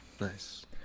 nice